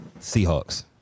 Seahawks